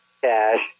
Cash